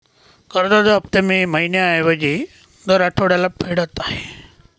कर्जाचे हफ्ते मी महिन्या ऐवजी दर आठवड्याला फेडत आहे